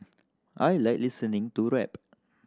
I like listening to rap